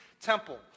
temple